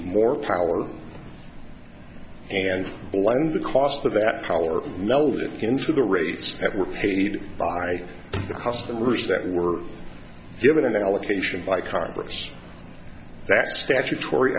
more power and blend the cost of that power now into the rates that were paid by the customers that were given an allocation by congress that statutory